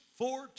four